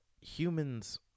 Humans